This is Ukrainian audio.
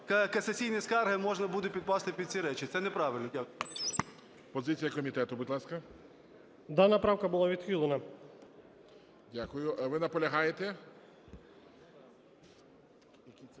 касаційні скарги можна буде... підпасти під ці речі, це неправильно.